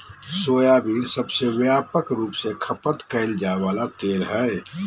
soybean सबसे व्यापक रूप से खपत कइल जा वला तेल हइ